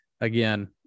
again